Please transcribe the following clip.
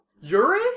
Yuri